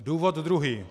Důvod druhý.